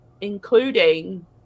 including